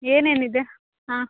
ಏನೇನಿದೆ ಹಾಂ